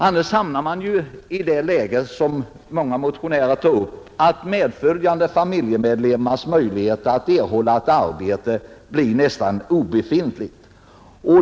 Annars hamnar man ju i det läge som många motionärer tagit upp, nämligen att medföljande familjemedlemmars möjlighet att erhålla arbete blir nästan obefintlig.